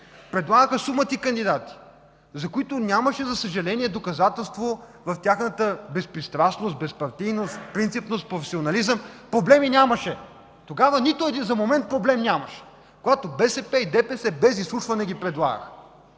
предлагаха сума ти кандидати, за които нямаше доказателство за тяхната безпристрастност, безпартийност, принципност, професионализъм, тогава проблеми нямаше, нито за момент проблем нямаше – когато БСП и ДПС без изслушване ги предлагаха.